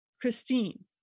Christine